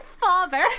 father